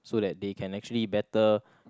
so that they can actually better